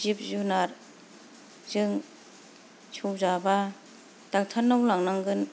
जिब जुनादजों सौजाबा डक्टर नाव लांनांगोन